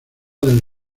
del